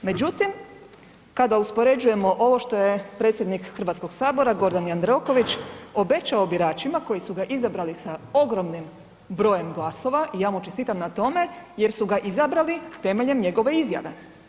Međutim, kada uspoređujemo ovo što je predsjednik HS Gordan Jandroković obećao biračima koji su ga izabrali sa ogromnim brojem glasova i ja mu čestitam na tome jer su ga izabrali temeljem njegove izjave.